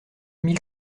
mille